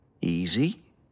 Easy